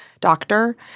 doctor